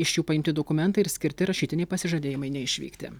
iš jų paimti dokumentai ir skirti rašytiniai pasižadėjimai neišvykti